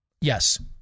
yes